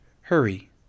hurry